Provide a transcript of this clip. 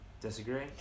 Disagree